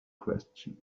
question